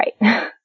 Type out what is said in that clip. right